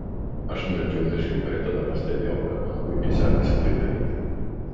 aš nulipdžiau meškiuką ir tada pastebėjau kad man puikiai sekasi tai daryti